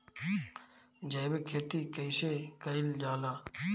जैविक खेती कईसे कईल जाला?